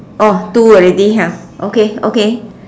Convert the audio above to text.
orh two already ah okay okay